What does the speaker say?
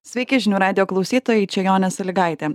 sveiki žinių radijo klausytojai čia jonė salygaitė